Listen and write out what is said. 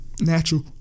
natural